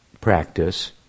practice